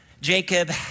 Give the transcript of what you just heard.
Jacob